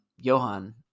Johan